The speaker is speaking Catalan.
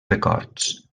records